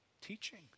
Teaching